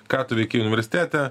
ką tu veikei universitete